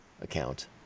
account